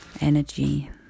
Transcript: energy